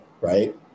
right